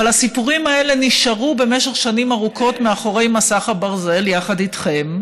אבל הסיפורים האלה נשארו במשך שנים ארוכות מאחורי מסך הברזל יחד איתכם,